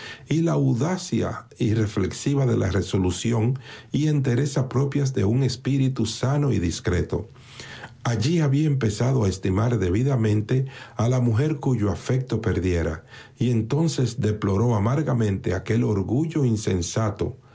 a la audacia irreflexiva de la resolución y entereza propias de un espíritu sano y discreto allí había empezado a estimar debidamente a la mujer cuyo afecto perdiera y entonces deploró ámargamente aquel orgullo insensato